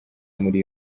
muri